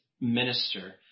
minister